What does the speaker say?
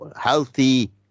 healthy